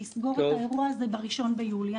לסגור את האירוע הזה ב-1 ביולי.